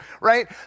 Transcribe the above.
Right